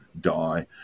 die